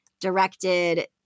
directed